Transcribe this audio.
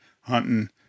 hunting